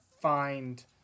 find